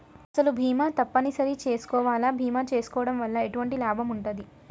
అసలు బీమా తప్పని సరి చేసుకోవాలా? బీమా చేసుకోవడం వల్ల ఎటువంటి లాభం ఉంటది?